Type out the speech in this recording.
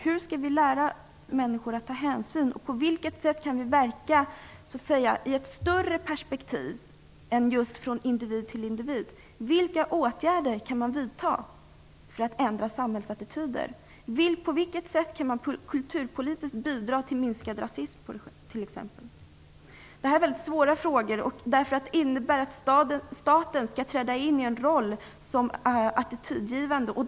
Hur skall vi lära människor att ta hänsyn, och på vilket sätt kan vi verka i ett större perspektiv än just från individ till individ? Vilka åtgärder kan vi vidta för att ändra samhällsattityder? På vilket sätt kan vi kulturpolitiskt bidra till minskad rasism? Detta är svåra frågor. Det innebär att staten skall träda in i en roll som är attitydgivande.